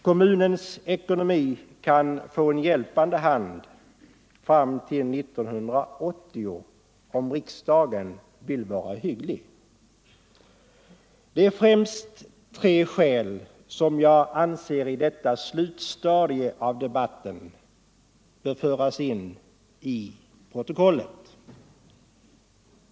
Kommunens ekonomi kan få en hjälpande hand fram till 1980, om riksdagen vill vara hygglig. Det är främst tre skäl som jag anser i detta slutstadium av debatten bör föras in i protokollet.